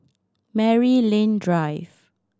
Maryland Drive